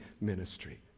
ministry